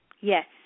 Yes